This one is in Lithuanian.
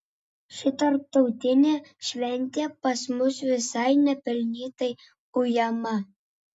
ši tarptautinė šventė pas mus visai nepelnytai ujama